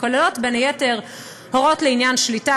הכוללות בין היתר הוראות לעניין שליטה